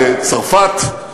בצרפת,